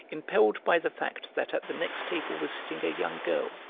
impelled by the fact that at the next table was sitting a young girl,